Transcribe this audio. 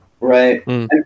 right